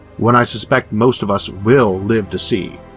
one i suspect most of us will live to see,